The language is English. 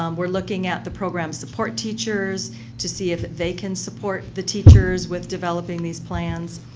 um we're looking at the program support teachers to see if they can support the teachers with developing these plans.